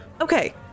Okay